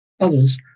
Others